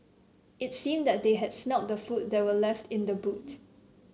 it seemed that they had the food that were left in the boot